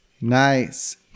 Nice